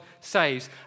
saves